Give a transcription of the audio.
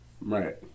right